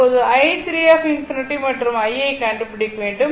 அப்போது i3∞ மற்றும் i யை கண்டுபிடிக்க வேண்டும்